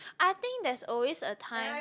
I think there's always a time